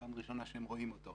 פעם ראשונה שהם רואים אותו.